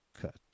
cut